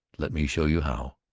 let me show you how.